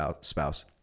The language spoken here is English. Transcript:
spouse